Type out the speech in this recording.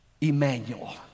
Emmanuel